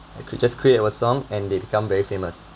you could just create a song and they become very famous